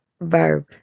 verb